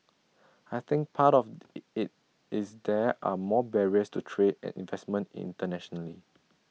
I think part of the IT is there are more barriers to trade and investment internationally